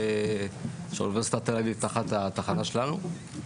שאונ' תל אביב תחת התחנה שלנו.